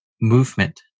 movement